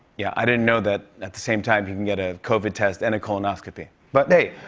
yeah, i didn't know that at the same time you can get a covid test and a colonoscopy, but, hey,